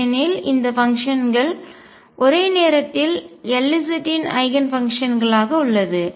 ஏனெனில் இந்த ஃபங்க்ஷன்கள் ஒரே நேரத்தில் Lz இன் ஐகன்ஃபங்க்ஷன் களாக உள்ளது